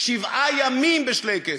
שבעה ימים בשלייקעס.